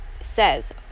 says